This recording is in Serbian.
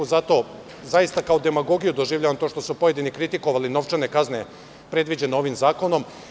Zato, zaista kao demagogiju doživljavam to što su pojedini kritikovali novčane kazne predviđene ovim zakonom.